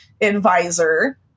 advisor